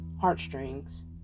heartstrings